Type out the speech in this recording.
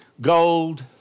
gold